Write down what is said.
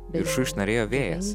viršuj šnarėjo vėjas